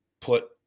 put